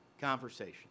conversation